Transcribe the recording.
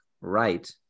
right